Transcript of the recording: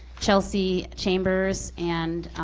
chelsea chambers, and